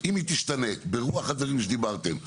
אם היא תשתנה ברוח הדברים שדיברתם,